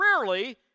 Rarely